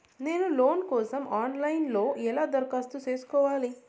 నేను లోను కోసం online లో ఎలా దరఖాస్తు ఎలా సేసుకోవాలి?